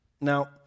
Now